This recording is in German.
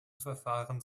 verfahrens